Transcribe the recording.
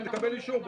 אם נקבל אישור,